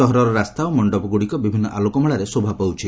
ସହରର ରାସ୍ତା ଓ ମଣ୍ଡପଗ୍ରଡ଼ିକ ବିଭିନ୍ ଆଲୋକମାଳାରେ ଶୋଭାପାଉଛି